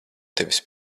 tevis